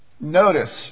Notice